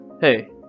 Hey